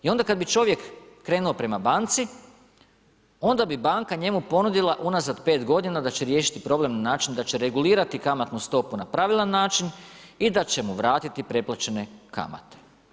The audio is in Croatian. I onda kada bi čovjek krenuo prema banci, onda bi banka njemu ponudila, unazad 5 g. da će riješiti problem, na način, da će regulirati kamatnu stopu na pravedan način i da će mu vratiti preplaćene kamate.